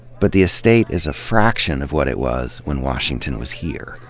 but the estate is a fraction of what it was when washington was here.